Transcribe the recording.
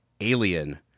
Alien